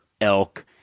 elk